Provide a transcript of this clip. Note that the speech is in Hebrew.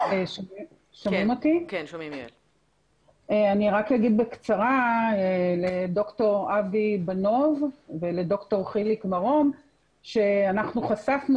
אני רק אגיד בקצרה לד"ר אבי בנוב ולד"ר חיליק מרום שאנחנו חשפנו